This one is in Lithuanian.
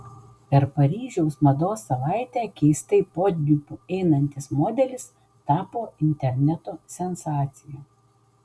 per paryžiaus mados savaitę keistai podiumu einantis modelis tapo interneto sensacija